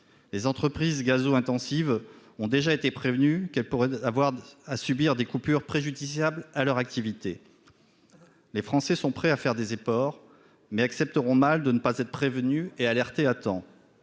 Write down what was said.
les entreprises Gazou intensives ont déjà été prévenus qu'elle pourrait avoir à subir des coupures préjudiciable à leur activité, les Français sont prêts à faire des efforts, mais accepteront mal de ne pas être prévenu et alerté à temps,